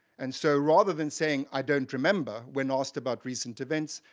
and so rather than saying i don't remember when asked about recent events,